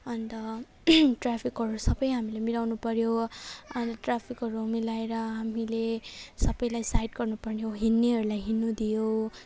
अन्त ट्राफिकहरू सबै हामीले मिलाउनु पर्यो अन्त ट्राफिकहरू मिलाएर हामीले सबैलाई साइड गर्नु पर्ने हो हिँड्नेहरूलाई हिँड्नु दियो